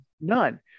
None